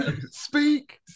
speak